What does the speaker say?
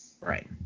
Right